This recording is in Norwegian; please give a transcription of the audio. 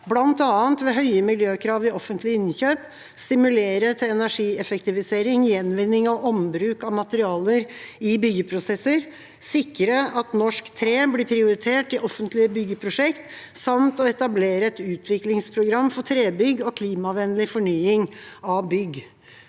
bl.a. ved høye miljøkrav i offentlige innkjøp, å stimulere til energieffektivisering, gjenvinning og ombruk av materialer i byggeprosesser, å sikre at norsk tre blir prioritert i offentlige byggeprosjekter, samt å etablere et utviklingsprogram for trebygg og klimavennlig fornying av bygg.